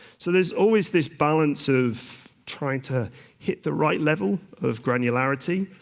so there's always this balance of trying to hit the right level of granularity,